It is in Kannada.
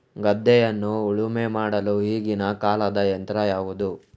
ಗದ್ದೆಯನ್ನು ಉಳುಮೆ ಮಾಡಲು ಈಗಿನ ಕಾಲದ ಯಂತ್ರ ಯಾವುದು?